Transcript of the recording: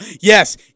Yes